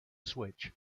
switch